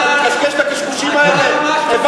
אתה מקשקש את הקשקושים האלה?